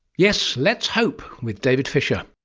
yes, let's hope, with david fisher.